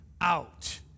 out